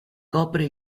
copre